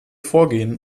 vorgehen